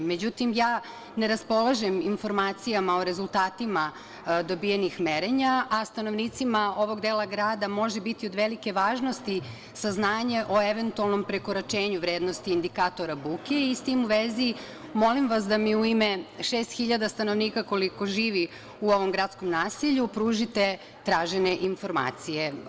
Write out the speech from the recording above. Međutim, ja ne raspolažem informacijama o rezultatima dobijenih merenja a stanovnicima ovog dela grada može biti od velike važnosti saznanje o eventualnom prekoračenju vrednosti indikatora buke i s tim u vezi molim vas da mi u ime šest hiljada stanovnika, koliko živi u ovom gradskom naselju, pružite tražene informacije.